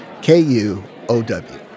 KUOW